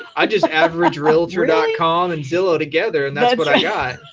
i just add averagerealtor dot com and zillow together and that's what yeah